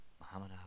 Muhammad